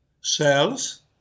cells